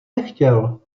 nechtěl